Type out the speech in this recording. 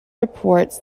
reports